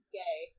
gay